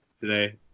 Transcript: Today